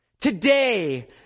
today